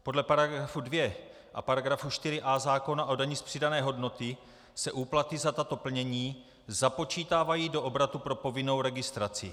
Podle § 2 a § 4a zákona o dani z přidané hodnoty se úplaty za tato plnění započítávají do obratu pro povinnou registraci.